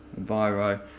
enviro